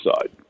side